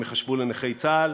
הם ייחשבו לנכי צה"ל.